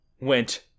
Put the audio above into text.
went